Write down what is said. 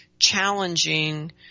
challenging